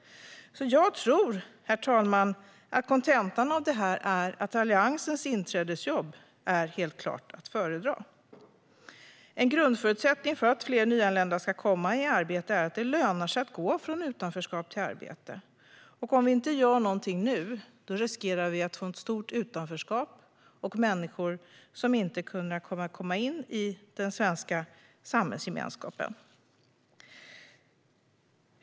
Herr talman! Kontentan av detta är att Alliansens inträdesjobb helt klart är att föredra. En grundförutsättning för att fler nyanlända ska komma i arbete är att det lönar sig att gå från utanförskap till arbete. Om vi inte gör någonting nu riskerar vi att få ett stort utanförskap för människor som inte kan komma in i den svenska samhällsgemenskapen.